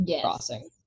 crossing